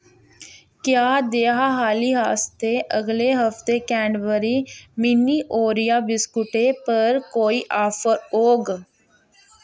क्या देयाली आस्तै अगले हफ्तै कैंडबरी मिनी ओरिया बिस्कुटें पर कोई आफर औग